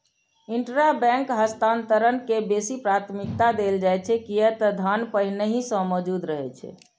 intrabank हस्तांतरण के बेसी प्राथमिकता देल जाइ छै, कियै ते धन पहिनहि सं मौजूद रहै छै